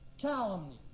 calumny